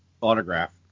autograph